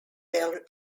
were